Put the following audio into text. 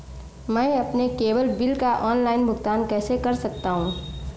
मैं अपने cable bill का ऑनलाइन भुगतान कैसे कर सकता हूं?